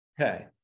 okay